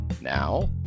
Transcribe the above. Now